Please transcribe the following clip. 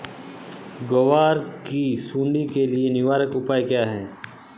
ग्वार की सुंडी के लिए निवारक उपाय क्या है?